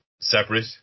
separate